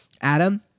Adam